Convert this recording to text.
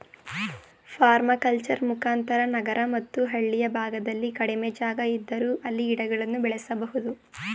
permaculture ಮುಖಾಂತರ ನಗರ ಮತ್ತು ಹಳ್ಳಿಯ ಭಾಗದಲ್ಲಿ ಕಡಿಮೆ ಜಾಗ ಇದ್ದರೂ ಅಲ್ಲಿ ಗಿಡಗಳನ್ನು ಬೆಳೆಸಬೋದು